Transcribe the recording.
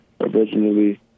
originally